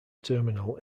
terminal